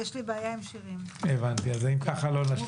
הרוויזיה הבאה היא על הסתייגות מספר 12 בעמוד 3 בקובץ ההסתייגויות.